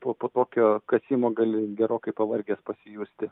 po po tokio kasimo gali gerokai pavargęs pasijusti